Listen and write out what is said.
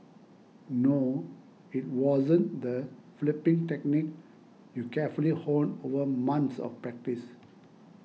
no it wasn't the flipping technique you carefully honed over months of practice